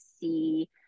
see